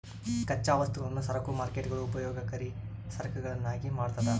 ಕಚ್ಚಾ ವಸ್ತುಗಳನ್ನು ಸರಕು ಮಾರ್ಕೇಟ್ಗುಳು ಉಪಯೋಗಕರಿ ಸರಕುಗಳನ್ನಾಗಿ ಮಾಡ್ತದ